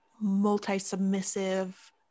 multi-submissive